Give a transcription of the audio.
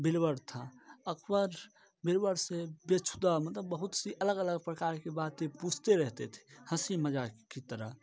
बीरबल था अकर बीरबल से बेहुदा मतलब बहुत सी अलग अलग प्रकार की बातें पूछते रहते थे हंसी मज़ाक की तरह